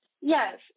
yes